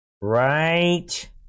right